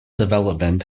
development